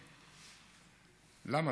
למה,